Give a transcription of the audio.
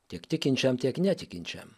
tiek tikinčiam tiek netikinčiam